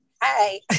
Hi